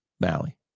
valley